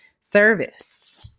service